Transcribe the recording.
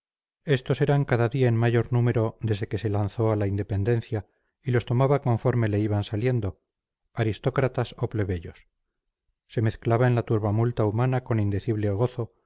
estos eran cada día en mayor número desde que se lanzó a la independencia y los tomaba conforme le iban saliendo aristócratas o plebeyos se mezclaba en la turbamulta humana con indecible gozo